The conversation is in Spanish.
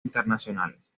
internacionales